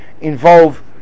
involve